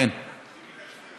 חוץ וביטחון.